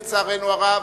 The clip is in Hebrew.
לצערנו הרב,